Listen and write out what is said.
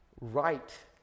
right